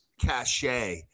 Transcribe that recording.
cachet